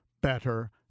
better